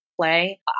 play